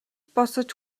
босож